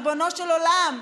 ריבונו של עולם,